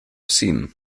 scene